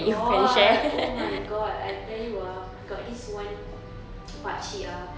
got oh my god I tell you ah got this [one] pak cik ah